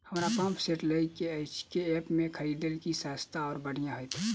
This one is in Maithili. हमरा पंप सेट लय केँ अछि केँ ऐप सँ खरिदियै की सस्ता आ बढ़िया हेतइ?